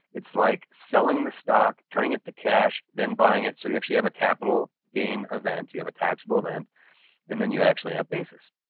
it's like selling the stock, turning it to cash then buying it so we actually have a capital gain event, you have a taxable event and then you actually have basis